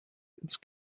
ins